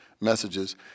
messages